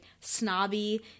snobby